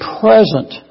present